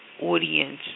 audience